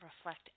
reflect